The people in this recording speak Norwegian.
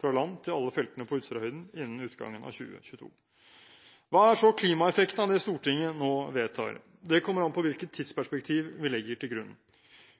fra land til alle feltene på Utsirahøyden innen utgangen av 2022. Hva er så klimaeffekten av det Stortinget nå vedtar? Det kommer an på hvilket tidsperspektiv vi legger til grunn.